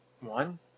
One